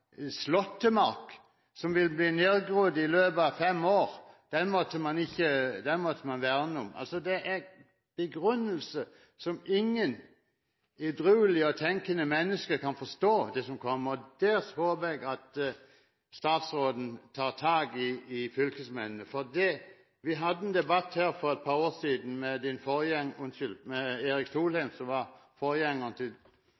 slåttemark som ville bli gjengrodd i løpet av fem år, måtte man verne om. Det som kommer, er begrunnelser som ingen edruelige og tenkende mennesker kan forstå. Det håper jeg statsråden tar tak i overfor fylkesmennene. Vi hadde en debatt her for et par år siden med Erik